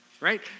right